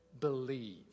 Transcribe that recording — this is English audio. believe